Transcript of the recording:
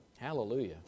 Hallelujah